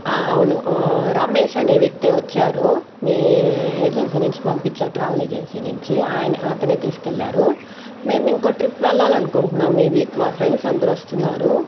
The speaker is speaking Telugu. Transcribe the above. ఆ అవును రమేష్ అనే వ్యక్తి వచ్చారు మీ ఏజెన్సీ నుంచి పంపించారు ట్రావెల్ ఏజెన్సీ నుంచి ఆయనే అతనే తీసుకెళ్ళాడు మేం ఇంకో ట్రిప్ వెళ్ళాలనుకుంటున్నాము ఈ వీక్ మా ఫ్రెండ్స్ అందరు వస్తున్నారు